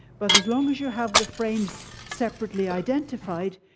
but as long as you have the frames separately identified,